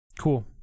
cool